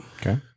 Okay